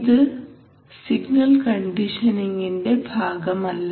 ഇത് സിഗ്നൽ കണ്ടീഷനിങിന്റെ ഭാഗമല്ല